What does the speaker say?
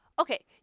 Okay